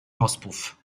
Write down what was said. auspuff